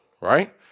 Right